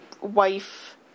wife